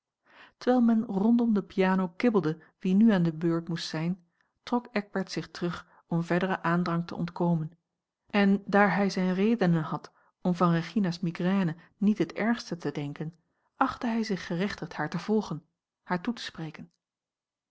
terwijl men rondom de piano kibbelde wie nu aan de beurt moest zijn trok eckbert zich terug om verderen aandrang te a l g bosboom-toussaint langs een omweg ontkomen en daar hij zijne redenen had om van regina's migraine niet het ergste te denken achtte hij zich gerechtigd haar te volgen haar toe te spreken